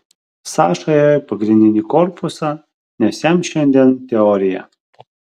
saša ėjo į pagrindinį korpusą nes jam šiandien teorija